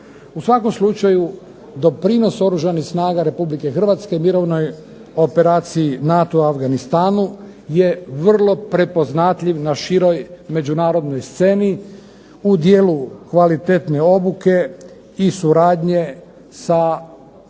U svakom slučaju doprinos Oružanih snaga Republike Hrvatske mirovnoj operaciji NATO-a u Afganistanu je vrlo prepoznatljiv na širom međunarodnoj sceni u dijelu kvalitetne obuke i suradnje sa snagama